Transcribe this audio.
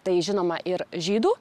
tai žinoma ir žydų